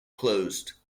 closed